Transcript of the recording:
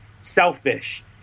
selfish